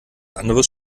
anderes